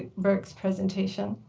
burke's presentation.